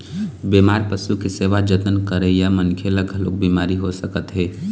बेमार पशु के सेवा जतन करइया मनखे ल घलोक बिमारी हो सकत हे